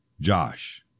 Josh